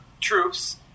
troops